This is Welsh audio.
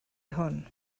hwn